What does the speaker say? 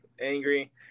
angry